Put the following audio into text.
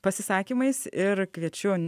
pasisakymais ir kviečiu